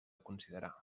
considerar